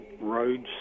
roads